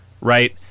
right